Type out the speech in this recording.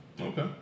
Okay